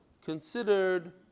considered